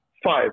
Five